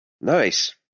Nice